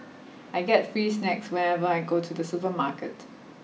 I get free snacks whenever I go to the supermarket